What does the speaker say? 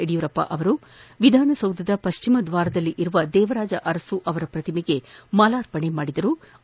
ಯಡಿಯೂರಪ್ಪ ಅವರು ವಿಧಾನಸೌಧದ ಪಶ್ಚಿಮ ದ್ವಾರದಲ್ಲಿರುವ ದೇವರಾಜ ಅರಸು ಅವರ ಶ್ರತಿಮೆಗೆ ಮಾರ್ಲಾಪಣೆ ಮಾಡಿದರಲ್ಲದೆ